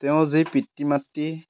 তেওঁৰ যি পিতৃ মাতৃ